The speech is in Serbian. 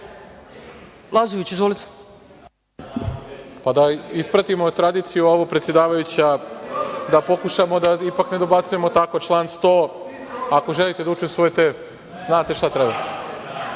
Lazović** Da ispratimo tradiciju, predsedavajuća, da pokušamo da ipak ne dobacujemo tako, član 100, ako želite da učestvujete, znate šta treba.